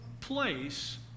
place